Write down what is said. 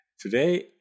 today